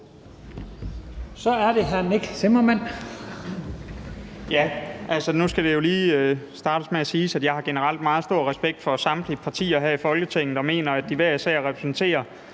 Kl. 14:26 Nick Zimmermann (DF): Nu vil jeg lige starte med at sige, at jeg generelt har meget stor respekt for samtlige partier her i Folketinget og mener, at de hver især repræsenterer